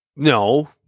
No